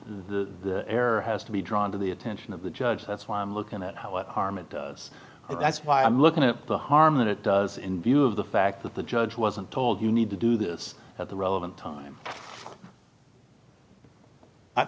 error has to be drawn to the attention of the judge that's why i'm looking at what harm it does and that's why i'm looking at the harm that it does in view of the fact that the judge wasn't told you need to do this at the relevant